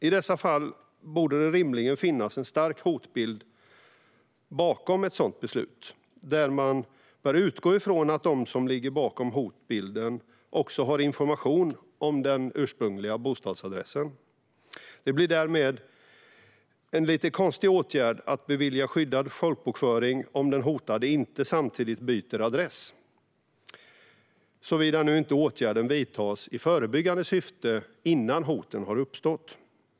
I dessa fall borde det rimligen finnas en stark hotbild bakom ett sådant beslut, där man bör utgå från att de som ligger bakom hotbilden har information om den ursprungliga bostadsadressen. Det blir därmed en lite konstig åtgärd att bevilja skyddad folkbokföring om den hotade inte samtidigt byter adress, såvida inte åtgärden vidtas i förebyggande syfte innan hoten har uppstått.